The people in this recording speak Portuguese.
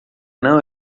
não